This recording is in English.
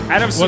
Adam